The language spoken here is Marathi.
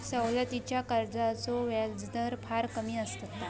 सवलतीच्या कर्जाचो व्याजदर फार कमी असता